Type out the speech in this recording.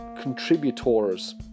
contributors